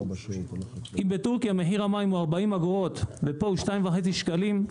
אם בטורקיה מחיר המים הוא 40 אגורות ופה 2.5 שקלים,